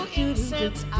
incense